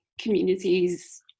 communities